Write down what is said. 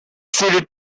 seeded